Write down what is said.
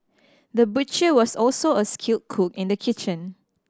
the butcher was also a skilled cook in the kitchen